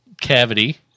cavity